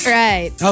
right